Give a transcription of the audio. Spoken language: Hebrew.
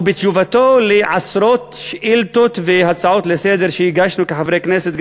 ובתשובתו לעשרות שאילתות והצעות לסדר-היום שהגשנו כחברי כנסת,